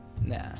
Nah